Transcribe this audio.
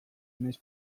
nahiz